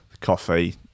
coffee